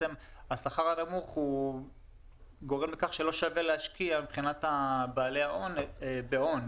השכר הנמוך גורם לכך שלא שווה להשקיע מבחינת בעלי ההון בהון.